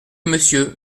monsieur